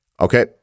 Okay